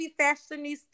Fashionista